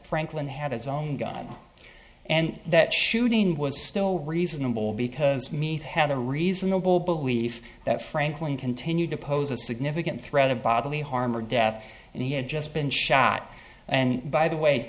franklin had his own gun and that shooting was still reasonable because meat had a reasonable belief that franklin continued to pose a significant threat of bodily harm or death and he had just been shot and by the way